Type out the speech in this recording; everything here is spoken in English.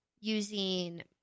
using